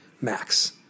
Max